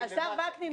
השר וקנין,